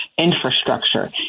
infrastructure